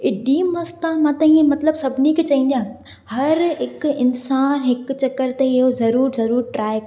हेॾी मस्तु आहे मां त इहा मतिलबु सभिनी खे चवंदी आहे हर हिकु इंसान हिकु चकर त इहो ज़रूरु ज़रूरु ट्राए